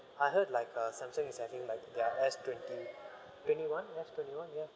I heard like uh samsung is having like their S twenty twenty one S twenty one ya